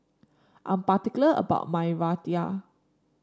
I'm particular about my Raita